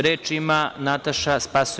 Reč ima Nataša Sp.